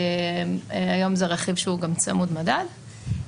היום זה רכיב שהוא צמוד מדד,